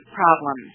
problem